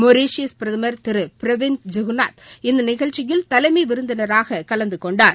Mauritius பிரதமர் திரு பிரவிந்த் ஜெகந்நாத் இந்த நிகழ்ச்சியில் தலைமை விருந்தினராக கலந்து கொண்டார்